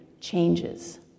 changes